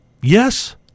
Yes